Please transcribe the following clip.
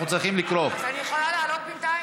אנחנו צריכים לקרוא, אז אני יכולה לעלות בינתיים?